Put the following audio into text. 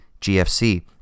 gfc